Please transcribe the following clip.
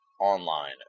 online